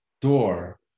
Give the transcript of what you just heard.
door